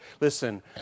Listen